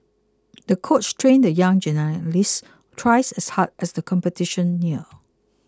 the coach trained the young gymnast twice as hard as the competition neared